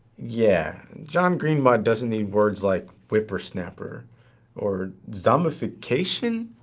yeah, john-green-bot doesn't need words like whippersnappers or zombification.